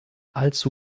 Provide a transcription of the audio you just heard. allzu